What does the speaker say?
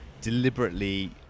deliberately